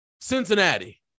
Cincinnati